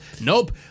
Nope